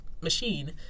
machine